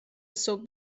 صبح